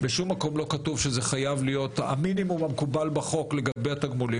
בשום מקום לא כתוב שזה המינימום המקובל בחוק לגבי התגמולים.